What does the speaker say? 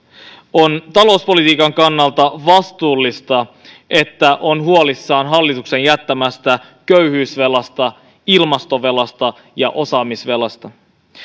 on talouspolitiikan kannalta vastuullista että on huolissaan hallituksen jättämästä köyhyysvelasta ilmastovelasta ja osaamisvelasta